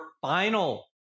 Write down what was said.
final